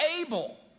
able